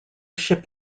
ship